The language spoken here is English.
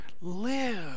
Live